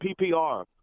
PPR